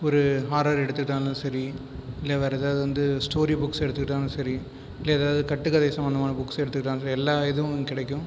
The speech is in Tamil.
ஒரு ஹாரர் எடுத்துக்கிட்டாலும் சரி இல்லை வேறு ஏதாவது வந்து ஸ்டோரி புக்ஸ் எடுத்துக்கிட்டாலும் சரி இல்லை ஏதாவது கட்டுக்கதை சம்பந்தமான புக்ஸ் எடுத்துக்கிட்டாலும் எல்லா இதுவும் கிடைக்கும்